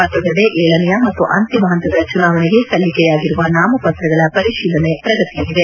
ಮತ್ತೊಂದೆಡೆ ಏಳನೆಯ ಮತ್ತು ಅಂತಿಮ ಹಂತದ ಚುನಾವಣೆಗೆ ಸಲ್ಲಿಕೆಯಾಗಿರುವ ನಾಮಪತ್ರಗಳ ಪರಿಶೀಲನೆ ಪ್ರಗತಿಯಲ್ಲಿದೆ